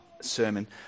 sermon